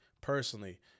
Personally